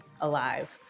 alive